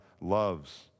loves